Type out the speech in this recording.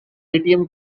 atm